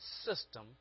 system